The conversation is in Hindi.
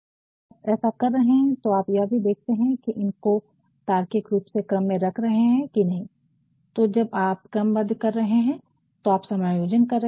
और जब आप ऐसा कर रहे हैं तो आप यह भी देखते हैं कि इनको तार्किक रूप से क्रम में रख रहे हैं कि नहीं तो जब आप क्रमबद्ध कर रहे हैं तो आप समायोजन कर रहे हैं